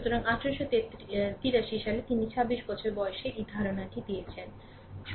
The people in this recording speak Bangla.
সুতরাং 1883 তিনি 26 বছর বয়সে এই ধারণাটি দিয়েছেন